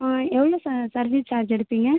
எவ்வளோ ச service charge எடுப்பீங்கள்